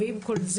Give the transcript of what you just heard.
יחד עם זאת